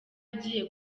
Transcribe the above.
agiye